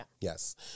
Yes